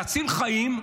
להציל חיים,